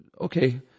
Okay